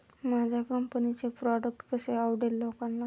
माझ्या कंपनीचे प्रॉडक्ट कसे आवडेल लोकांना?